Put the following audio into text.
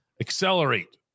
accelerate